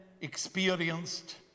experienced